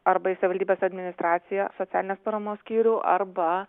arba į savivaldybės administraciją socialinės paramos skyrių arba